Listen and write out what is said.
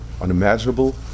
unimaginable